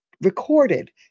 recorded